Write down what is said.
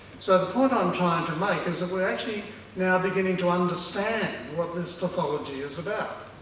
so the point i'm trying to make is that, we're actually now beginning to understand what this pathology is about.